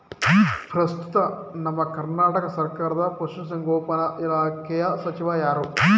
ಪ್ರಸ್ತುತ ನಮ್ಮ ಕರ್ನಾಟಕ ಸರ್ಕಾರದ ಪಶು ಸಂಗೋಪನಾ ಇಲಾಖೆಯ ಸಚಿವರು ಯಾರು?